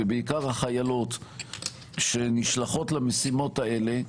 ובעיקר החיילות שנשלחות למשימות האלה,